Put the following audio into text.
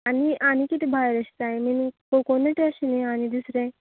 आनी आनी किदें भायर अशें जाय मिनीग कोकोनूट आश न्ही आनी दुसरें